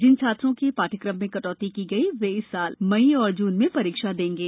जिन छात्रों के पाठ्यक्रम में कटौती की गई वे इस साल मई और जून में परीक्षा देंगे